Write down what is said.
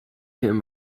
him